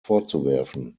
vorzuwerfen